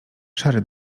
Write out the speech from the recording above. szary